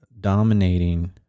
dominating